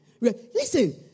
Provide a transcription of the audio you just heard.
Listen